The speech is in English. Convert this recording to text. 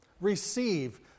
receive